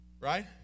right